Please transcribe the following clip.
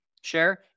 share